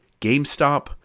GameStop